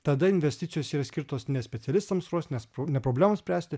tada investicijos yra skirtos ne specialistams ruošt nes ne problemom spręsti